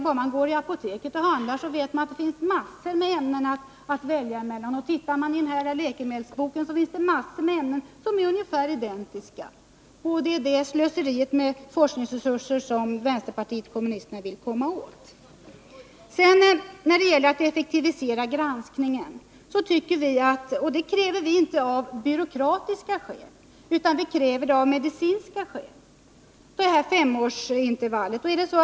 Bara man går tillapoteket och handlar märker man ju att det finns massor av saker att välja på. Och ser man i läkemedelsboken upptäcker man att det finns mängder med ämnen som är nästan identiska. Det är detta slöseri med forskningsresurser som vänsterpartiet kommunisterna vill komma åt. När det gäller en effektivisering av granskningen vill jag säga att vi inte kräver detta av byråkratiska skäl utan av medicinska. Vi menar alltså att registreringen av läkemedel bör prövas om vart femte år.